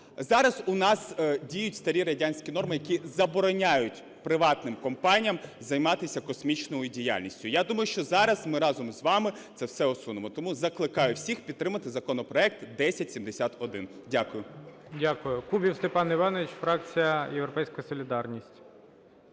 Зараз у нас діють старі радянські норми, які забороняють приватним компаніям займатися космічною діяльністю. Я думаю, що зараз ми разом з вами це все усунемо. Тому закликаю всіх підтримати законопроект 1071. Дякую.